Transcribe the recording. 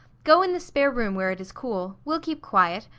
go in the spare room, where it is cool we'll keep quiet.